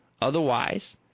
Otherwise